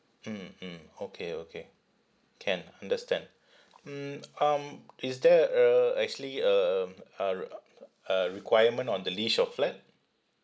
mm mm okay okay can understand mm um is there a actually a um a r~ a requirement on the lease of flat